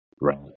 right